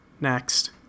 Next